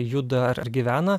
juda ar gyvena